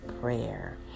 prayer